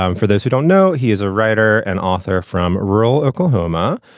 um for those who don't know, he is a writer and author from rural oklahoma,